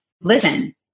listen